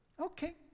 Okay